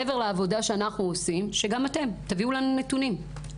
מעבר לעבודה שאנחנו עושים שגם אתם תביאו לנו נתונים.